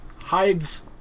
hides